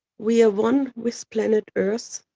we are one with planet earth,